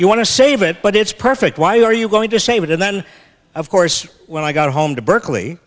you want to save it but it's perfect why are you going to save it and then of course when i got home to berkeley